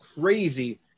crazy